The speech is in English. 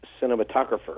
cinematographer